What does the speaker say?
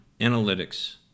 analytics